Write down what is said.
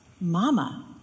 Mama